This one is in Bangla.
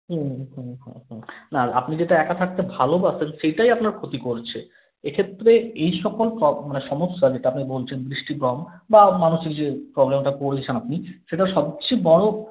হুম হুম হুম হুম না আপনি যেটা একা থাকতে ভালোবাসেন সেইটাই আপনার ক্ষতি করছে এক্ষেত্রে এই সকল প্র সমস্যা যেটা আপনি বলছেন দৃষ্টিভ্রম বা মানসিক যে প্রবলেমটায় পড়েছেন আপনি সেটার সবচেয়ে বড়